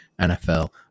NFL